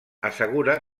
assegura